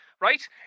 Right